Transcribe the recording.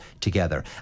together